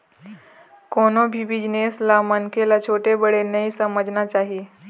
कोनो भी बिजनेस ल मनखे ल छोटे बड़े नइ समझना चाही